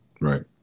Right